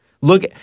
Look